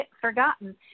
forgotten